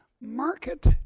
Market